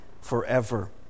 forever